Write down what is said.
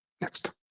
Next